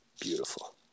Beautiful